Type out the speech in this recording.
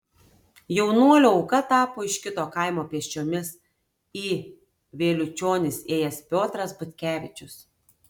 jaunuolių auka tapo iš kito kaimo pėsčiomis į vėliučionis ėjęs piotras butkevičius